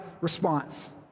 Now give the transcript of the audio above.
response